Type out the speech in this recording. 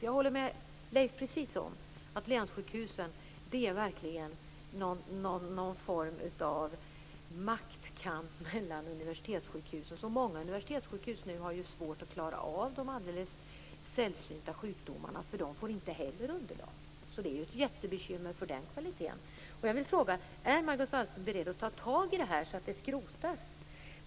Jag håller helt med Leif Carlson om att länssjukhusen verkligen är en form av maktkamp mellan universitetssjukhusen. Många universitetssjukhus har nu svårt att klara av de sällsynta sjukdomarna, därför att de får inte heller underlag. Det är ett jättebekymmer för den kvaliteten. Jag vill fråga: Är Margot Wallström beredd att ta tag i detta så att det skrotas?